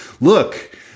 look